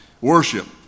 Worship